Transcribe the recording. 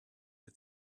had